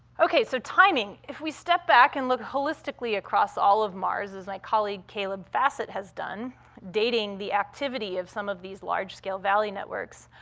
okay, so, timing. if we step back and look holistically across all of mars, as my colleague, caleb fassett, has done, dating the activity of some of these large-scale valley networks,